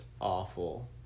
awful